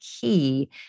key